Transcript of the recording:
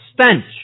stench